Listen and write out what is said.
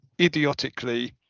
idiotically